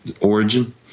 origin